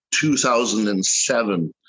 2007